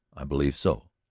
i believe so.